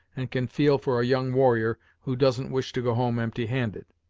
and can feel for a young warrior who doesn't wish to go home empty-handed.